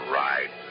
right